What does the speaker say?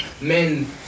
men